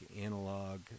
analog